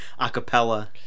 Acapella